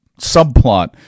subplot